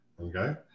Okay